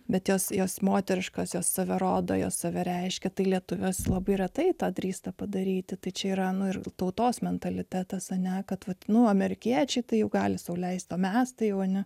bet jos jos moteriškąsias save rodo jos save reiškia tai lietuvės labai retai tą drįsta padaryti tai čia yra nu ir tautos mentalitetas ane kad vat nu amerikiečiai tai jau gali sau leisti o mes tai o ne